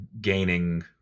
gaining